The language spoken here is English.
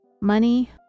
money